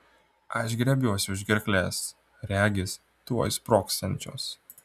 aš griebiuosi už gerklės regis tuoj sprogsiančios